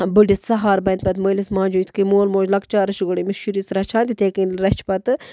بٕڑِتھ سہار بَنہِ مٲلِس ماجہِ یِتھ کَنۍ مول موج لَکچارَس چھُ گۄڈٕ أمِس شُرِس رَچھان تِتھَے کَنۍ رَچھِ پَتہٕ